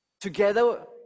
together